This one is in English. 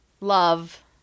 love